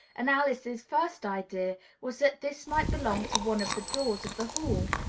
and alice's first idea was that this might belong to one of the doors of the hall